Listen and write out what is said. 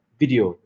video